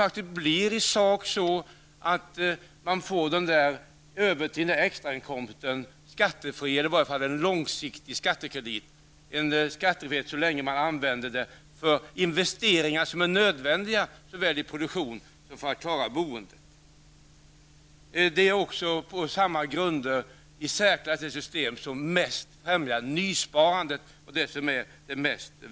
Det blir i sak att den extra inkomsten blir skattefri, eller i varje fall en långsiktig skattekredit, så länge den används för investeringar som är nödvändiga såväl för produktion som för att klara boendet. På samma grunder är det i särklass ett system som mest främjar nysparande.